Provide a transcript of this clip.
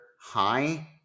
high